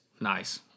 Nice